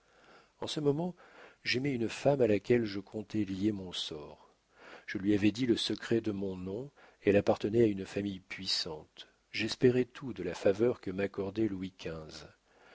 en ce moment j'aimais une femme à laquelle je comptais lier mon sort je lui avais dit le secret de mon nom elle appartenait à une famille puissante j'espérais tout de la faveur que m'accordait louis